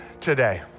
today